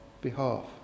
behalf